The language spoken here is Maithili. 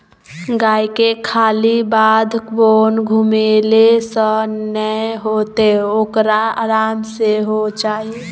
गायके खाली बाध बोन घुमेले सँ नै हेतौ ओकरा आराम सेहो चाही